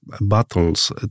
battles